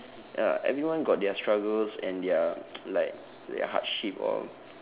ya everyone got their struggles and their like their hardship all